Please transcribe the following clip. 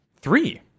Three